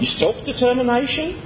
self-determination